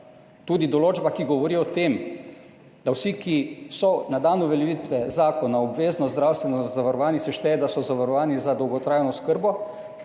Tudi določba, ki govori o tem, da vsi, ki so na dan uveljavitve zakona o obvezno zdravstveno zavarovanje, se šteje, da so zavarovani za dolgotrajno oskrbo,